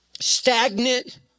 stagnant